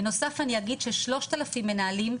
בנוסף אני אגיד ש-3,000 מנהלים,